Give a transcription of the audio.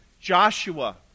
Joshua